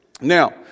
Now